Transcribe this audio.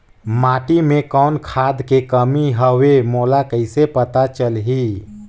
माटी मे कौन खाद के कमी हवे मोला कइसे पता चलही?